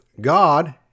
God